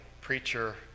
preacher